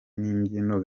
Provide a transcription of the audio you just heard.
n’imbyino